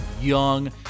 Young